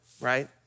right